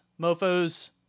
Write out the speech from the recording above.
mofos